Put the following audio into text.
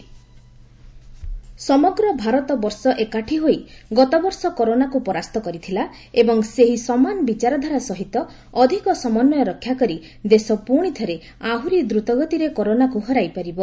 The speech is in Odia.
ପିଏମ୍ କୋଭିଡ୍ ସମଗ୍ର ଭାରତବର୍ଷ ଏକାଠି ହୋଇ ଗତବର୍ଷ କରୋନାକୁ ପରାସ୍ତ କରିଥିଲା ଏବଂ ସେହି ସମାନ ବିଚାରଧାରା ସହିତ ଅଧିକ ସମନ୍ୟ ରକ୍ଷାକରି ଦେଶ ପୁଣି ଥରେ ଦ୍ରତଗତିରେ କରୋନାକୁ ହରାଇପାରିବ